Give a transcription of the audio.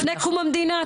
לפני קום המדינה,